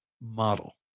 model